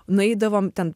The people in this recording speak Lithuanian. nueidavom ten